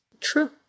True